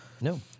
No